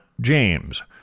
James